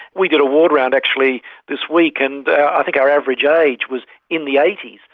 we did a ward round actually this week and i think our average age was in the eighty s.